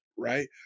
Right